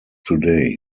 today